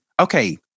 Okay